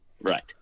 Right